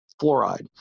fluoride